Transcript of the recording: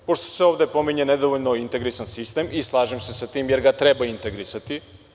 Pošto se ovde pominje nedovoljno integrisani sistem, slažem se sa tim, jer ga treba integrisati.